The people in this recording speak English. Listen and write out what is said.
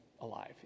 alive